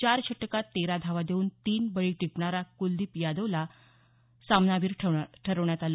चार षटकांत तेरा धावा देऊन तीन बळी टिपणारा कुलदीप यादवला सामनावीर ठरवण्यात आलं